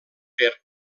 per